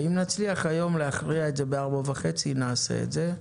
אם נצליח להיום להכריע את זה ב-16:30, נעשה זאת.